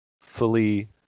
fully